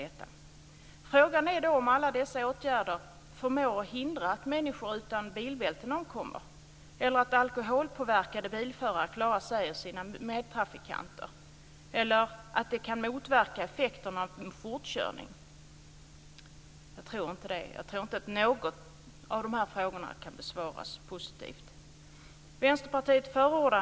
Det som är spännande i kommissionens rapport är att man har räknat på vad en dödsolycka kostar och kommit fram till att varje dödsolycka kostar ungefär 1,1 miljon euro. Också i Sverige räknar man på vad varje dödsolycka kostar, men man har ett helt annat sätt att räkna.